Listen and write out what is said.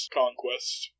conquest